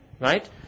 Right